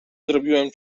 zrobiłem